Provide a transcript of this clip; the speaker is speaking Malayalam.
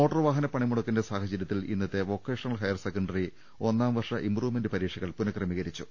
മോട്ടോർ വാഹന പണിമുടക്കിന്റെ സാഹചര്യത്തിൽ ഇന്നത്തെ വൊക്കേഷണൽ ഹയർ സെക്കൻഡറി ഒന്നാംവർഷ ഇംപ്രൂവ്മെന്റ് പരീക്ഷകൾ പുനഃക്രമീകരിച്ചു